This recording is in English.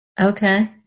Okay